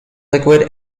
liquid